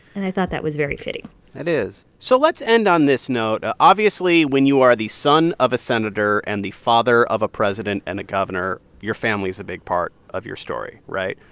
and i thought that was very fitting it is. so let's end on this note. obviously, when you are the son of a senator and the father of a president and a governor, your family's a big part of your story. right?